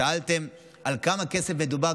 שאלתם על כמה כסף מדובר,